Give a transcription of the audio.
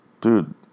Dude